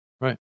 Right